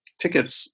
tickets